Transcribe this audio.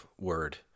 word